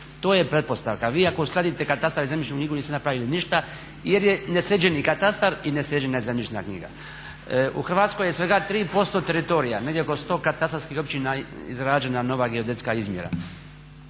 to je pretpostavka. Vi ako uskladite katastar i zemljišnu knjigu niste napravili ništa jer je nesređeni katastar i nesređena je zemljišna knjiga. U Hrvatskoj je svega 3% teritorija, negdje oko 100 katastarskih općina izgrađena nova geodetska izmjera.